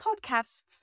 podcast's